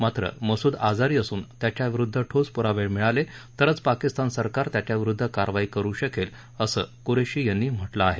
मात्र मस्द आजारी असून त्याच्याविरुद्ध ठोस प्रावे मिळाले तरचं पाकिस्तान सरकार त्याच्याविरुद्ध कारवाई करु शकेल असं कुरेशी यांनी म्हटलं आहे